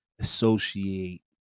associate